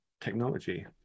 technology